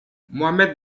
mohamed